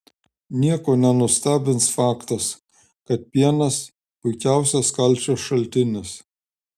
nieko nenustebins faktas kad pienas puikiausias kalcio šaltinis